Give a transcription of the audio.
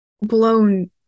blown